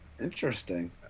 Interesting